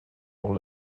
pour